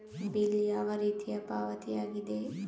Bill ಯಾವ ರೀತಿಯ ಪಾವತಿಯಾಗಿದೆ?